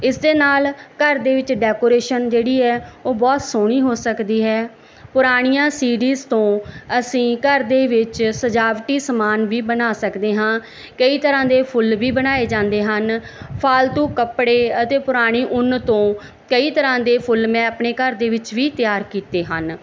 ਇਸ ਦੇ ਨਾਲ ਘਰ ਦੇ ਵਿੱਚ ਡੈਕੋਰੇਸ਼ਨ ਜਿਹੜੀ ਹੈ ਉਹ ਬਹੁਤ ਸੋਹਣੀ ਹੋ ਸਕਦੀ ਹੈ ਪੁਰਾਣੀਆਂ ਸੀਡੀਜ਼ ਤੋਂ ਅਸੀਂ ਘਰ ਦੇ ਵਿੱਚ ਸਜਾਵਟੀ ਸਮਾਨ ਵੀ ਬਣਾ ਸਕਦੇ ਹਾਂ ਕਈ ਤਰ੍ਹਾ ਦੇ ਫੁੱਲ ਵੀ ਬਣਾਏ ਜਾਂਦੇ ਹਨ ਫਾਲਤੂ ਕੱਪੜੇ ਅਤੇ ਪੁਰਾਣੀ ਉੱਨ ਤੋ ਕਈ ਤਰ੍ਹਾ ਦੇ ਫੁੱਲ ਮੈਂ ਆਪਣੇ ਘਰ ਦੇ ਵਿੱਚ ਵੀ ਤਿਆਰ ਕੀਤੇ ਹਨ